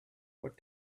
what